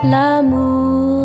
L'amour